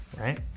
alright.